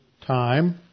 time